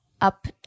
up